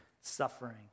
suffering